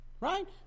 right